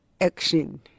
action